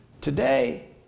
today